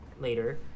later